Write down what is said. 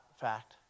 fact